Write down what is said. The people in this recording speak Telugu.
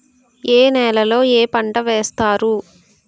ఏ నేలలో ఏ పంట వేస్తారు?